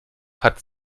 hat